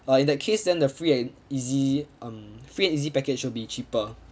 uh in that case then the free and easy um free and easy package will be cheaper